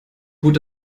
gut